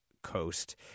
coast